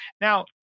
Now